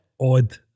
odd